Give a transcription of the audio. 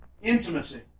intimacy